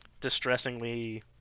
Distressingly